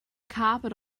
carpet